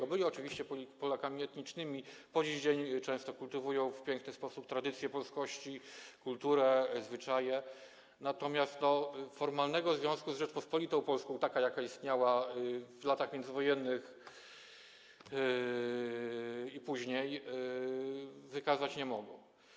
Ale byli oni oczywiście Polakami etnicznymi, po dziś dzień często kultywują w piękny sposób tradycje polskości, kulturę, zwyczaje, natomiast formalnego związku z Rzeczypospolitą Polską, taką jaka istniała w latach międzywojennych i później, wykazać nie mogą.